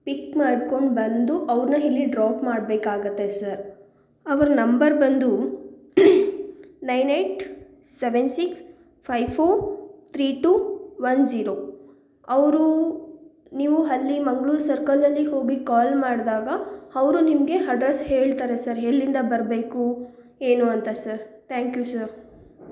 ಪಿಕ್ ಮಾಡ್ಕೊಂಡು ಬಂದು ಅವ್ರನ್ನ ಇಲ್ಲಿ ಡ್ರಾಪ್ ಮಾಡಬೇಕಾಗತ್ತೆ ಸರ್ ಅವರ ನಂಬರ್ ಬಂದು nine eight seven six five four three two one zero ಅವರು ನೀವು ಅಲ್ಲಿ ಮಂಗ್ಳೂರು ಸರ್ಕಲ್ಲಲ್ಲಿ ಹೋಗಿ ಕಾಲ್ ಮಾಡಿದಾಗ ಅವ್ರು ನಿಮಗೆ ಹಡ್ರೆಸ್ ಹೇಳ್ತಾರೆ ಸರ್ ಎಲ್ಲಿಂದ ಬರಬೇಕು ಏನು ಅಂತ ಸರ್ ತ್ಯಾಂಕ್ ಯು ಸರ್